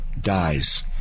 dies